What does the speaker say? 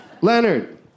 Leonard